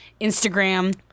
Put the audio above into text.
Instagram